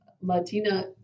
Latina